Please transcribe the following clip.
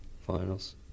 finals